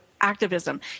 Activism